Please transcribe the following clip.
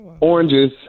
Oranges